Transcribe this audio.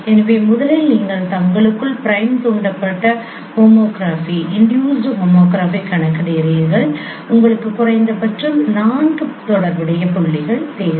எனவே முதலில் நீங்கள் தங்களுக்குள் பிரைம் தூண்டப்பட்ட ஹோமோகிராஃபி கணக்கிடுகிறீர்கள் உங்களுக்கு குறைந்தபட்சம் 4 தொடர்புடைய புள்ளிகள் தேவை